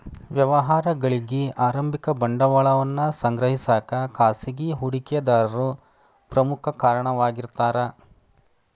ವ್ಯವಹಾರಗಳಿಗಿ ಆರಂಭಿಕ ಬಂಡವಾಳವನ್ನ ಸಂಗ್ರಹಿಸಕ ಖಾಸಗಿ ಹೂಡಿಕೆದಾರರು ಪ್ರಮುಖ ಕಾರಣವಾಗಿರ್ತಾರ